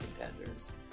contenders